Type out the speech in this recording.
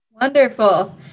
Wonderful